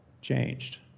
changed